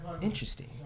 Interesting